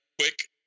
quick